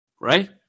right